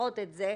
לפחות את זה,